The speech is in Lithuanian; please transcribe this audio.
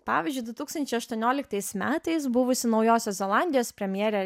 pavyzdžiui du tūkstančiai aštuonioliktais metais buvusi naujosios zelandijos premjerė